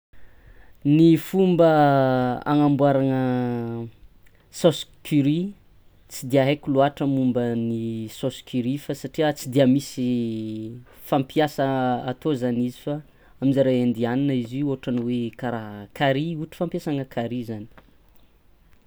Ny fomba hanamboarana saosy curry, tsy dia aiko loatra momba ny saosy curry satria tsy de misy fampiasa atô zany izy aminjare indiana izy io otran'ny hoe kara ohatra fampiasa carry zany.